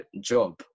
job